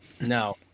No